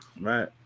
right